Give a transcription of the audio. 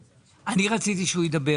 רציתי שהוא ידבר